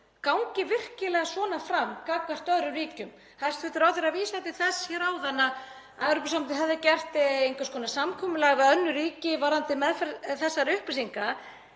gangi virkilega svona fram gagnvart öðrum ríkjum. Hæstv. ráðherra vísaði til þess hér áðan að Evrópusambandið hefði gert einhvers konar samkomulag við önnur ríki varðandi meðferð þessara upplýsinga.